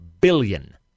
billion